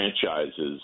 franchises